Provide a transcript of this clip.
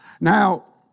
Now